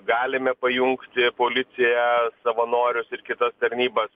galime pajungti policiją savanorius ir kitas tarnybas